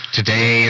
Today